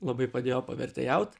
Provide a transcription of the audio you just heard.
labai padėjo pavertėjaut